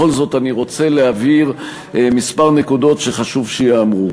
בכל זאת אני רוצה להבהיר כמה נקודות שחשוב שייאמרו.